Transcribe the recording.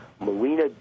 Marina